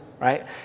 right